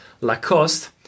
Lacoste